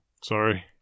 sorry